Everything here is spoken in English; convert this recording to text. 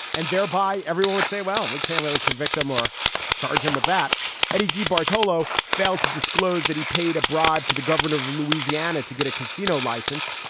and thereby everyone would say, well, and we can't really convict him or charge him with that eddie debartolo failed to disclose that he paid a bribe to the governor of louisiana to get a casino license.